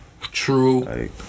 True